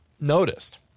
noticed